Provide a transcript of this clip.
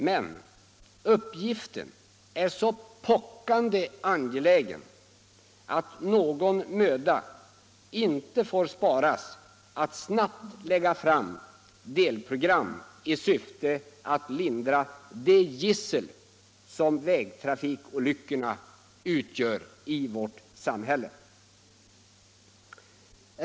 Men uppgiften är så pockande angelägen att någon möda inte får sparas när det gäller att snabbt lägga fram delprogram i syfte att lindra det gissel som vägtrafikolyckorna utgör i vårt samhälle.